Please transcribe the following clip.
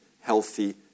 healthy